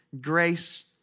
grace